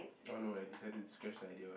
oh no I decided to scratch that idea [what]